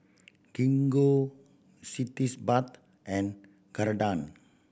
Gingko cities bath and Ceradan